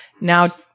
now